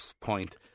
point